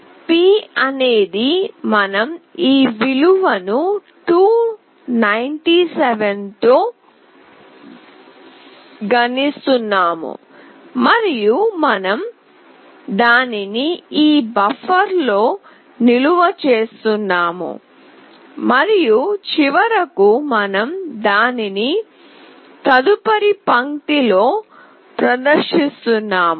p అనేది మనం ఈ విలువ ను 297 తో గుణిస్తున్నాము మరియు మనం దానిని ఈ బఫర్లో నిల్వ చేస్తున్నాము మరియు చివరకు మనం దానిని తదుపరి పంక్తి లో ప్రదర్శిస్తున్నాము